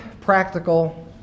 practical